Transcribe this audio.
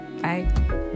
Bye